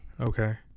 Okay